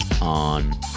on